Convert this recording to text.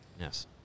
Yes